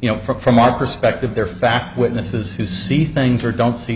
you know from our perspective they're fact witnesses who see things or don't see